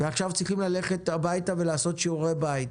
ועכשיו צריכים ללכת הביתה ולעשות שיעורי בית.